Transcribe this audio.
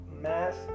mass